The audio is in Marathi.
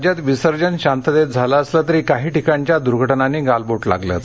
राज्यात विसर्जन शांततेत झालं असलं काही ठिकाणच्या दुर्घ उनिनी गालबो उलागलंच